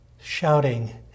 shouting